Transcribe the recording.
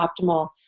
optimal